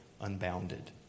unbounded